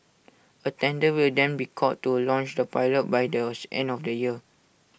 A tender will then be called to launch the pilot by those end of the year